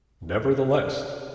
Nevertheless